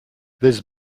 this